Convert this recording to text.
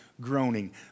groaning